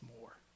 more